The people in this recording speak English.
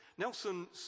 Nelson